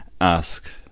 ask